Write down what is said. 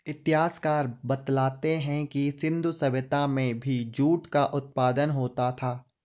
इतिहासकार बतलाते हैं कि सिन्धु सभ्यता में भी जूट का उत्पादन होता था